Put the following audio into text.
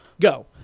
Go